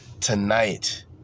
tonight